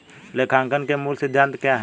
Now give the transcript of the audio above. लेखांकन के मूल सिद्धांत क्या हैं?